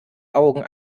augen